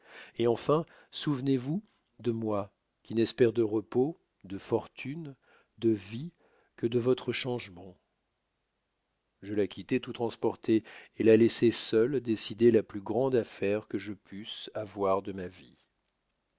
et enfin souvenez-vous de moi qui n'espère de repos de fortune de vie que de votre changement je la quittai tout transporté et la laissai seule décider la plus grande affaire que je pusse avoir de ma vie